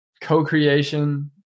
co-creation